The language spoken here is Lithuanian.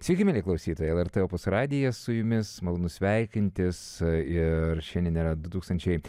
sveiki mieli klausytojai lrt opus radijas su jumis malonu sveikintis ir šiandien yra du tūkstančiai